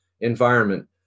environment